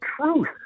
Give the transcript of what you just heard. truth